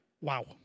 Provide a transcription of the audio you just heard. Wow